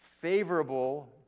favorable